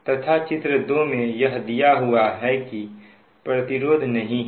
तथा चित्र दो में यह दिया हुआ है कि प्रतिरोध नहीं है